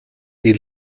die